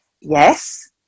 yes